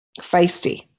Feisty